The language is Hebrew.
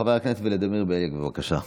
חבר הכנסת ולדימיר בליאק, בבקשה.